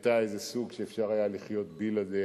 היתה איזה סוג, אפשר היה לחיות בלעדיה.